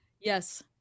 Yes